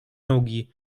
nogi